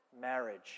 marriage